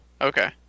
Okay